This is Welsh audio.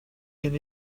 gen